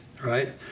right